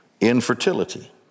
Infertility